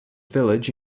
village